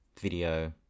video